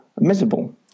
miserable